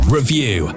Review